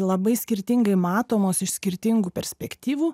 labai skirtingai matomos iš skirtingų perspektyvų